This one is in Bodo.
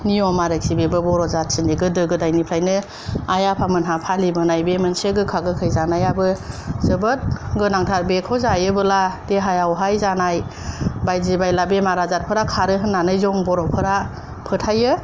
नियम आरोखि बेबो बर' जाथिनि गोदो गोदायनिफ्रायनो आइ आफा मोनहा फालिबोनाय बे मोनसे गोखा गोखै जानायाबो जोबोद गोनांथार बेखौ जायोबोला देहायावहाय जानाइ बायदि बायला बेमार आजारफोरा खारो होननानै जों बर'फोरा फोथाइयो